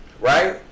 Right